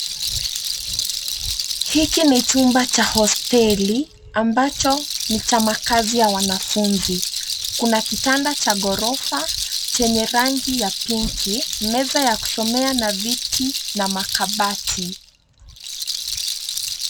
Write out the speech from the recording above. Hiki ni chumba cha hosteli ambacho ni cha makazi ya wanafunzi. Kuna kitanda cha gorofa chenye rangi ya pinki, meza ya kusomea na viti, na makabati.